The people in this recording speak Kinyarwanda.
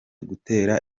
gutera